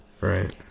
Right